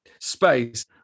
space